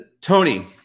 Tony